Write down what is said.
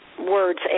words